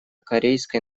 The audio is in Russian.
корейской